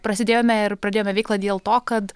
prasidėjome ir pradėjome veiklą dėl to kad